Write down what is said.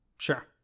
Sure